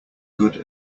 good